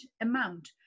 amount